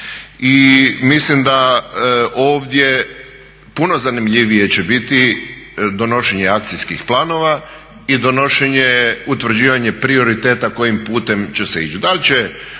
I mislim da ovdje puno zanimljivije će biti donošenje akcijskih planova i donošenje utvrđivanje prioriteta kojim putem će se ići.